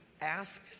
ask